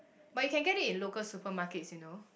but you get it in local supermarkets you know